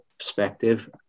perspective